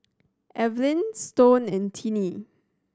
Evelyne Stone and Tiney